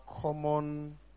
common